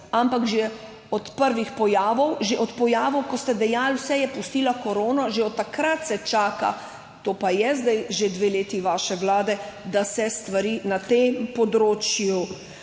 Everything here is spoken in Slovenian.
ampak že od prvih pojavov, že od pojavov, kot ste dejali, vse je pustila korona, že od takrat se čaka, to pa je zdaj že dve leti vaše vlade, da se stvari na tem področju